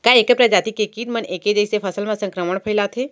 का ऐके प्रजाति के किट मन ऐके जइसे फसल म संक्रमण फइलाथें?